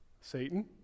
Satan